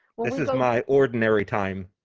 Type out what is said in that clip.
this is my ordinary time.